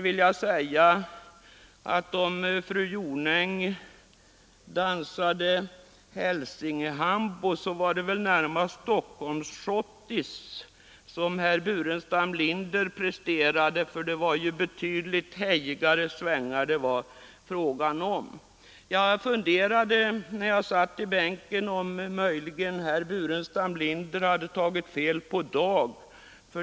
Om fru Jonäng dansade Hälsingehambo, så var det väl närmast Stockholmsschottis herr Burenstam Linder presterade. I hans fall var det betydligt hejigare svängar. Jag funderade vid ett tillfälle på om herr Burenstam Linder möjligen hade tagit fel på dag.